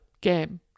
game